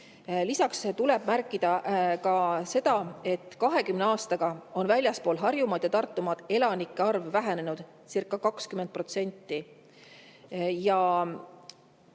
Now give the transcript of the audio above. Lisaks tuleb märkida ka seda, et 20 aastaga on väljaspool Harjumaad ja Tartumaad elanike arv vähenenudcirca20%.